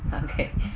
okay